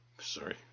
sorry